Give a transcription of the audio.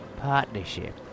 partnership